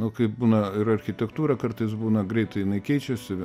nu kaip būna ir architektūra kartais būna greitai jinai keičiasi